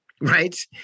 Right